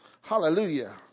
Hallelujah